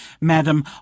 madam